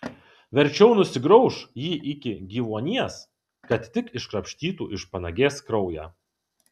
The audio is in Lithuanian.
verčiau nusigrauš jį iki gyvuonies kad tik iškrapštytų iš panagės kraują